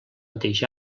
mateix